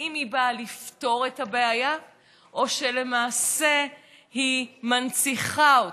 האם היא באה לפתור את הבעיה או שלמעשה היא מנציחה אותה,